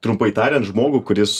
trumpai tariant žmogų kuris